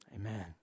Amen